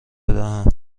بدهم